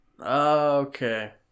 okay